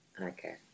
Okay